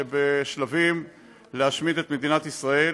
שבשלבים להשמיד את מדינת ישראל,